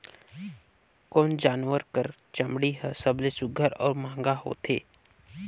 कोन जानवर कर चमड़ी हर सबले सुघ्घर और महंगा होथे?